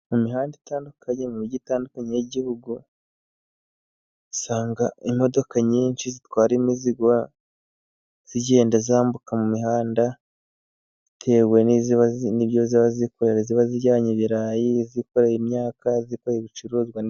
Mu mihanda itandukanye, mu mijyi itandukanye y'igihugu usanga imodoka nyinshi zitwara imizigo zigenda zambuka mu mihanda, bitewe n'ibyo ziba zijyanye ibirayi, zikoreye imyaka, zikoreye ibicuruzwa.